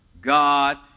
God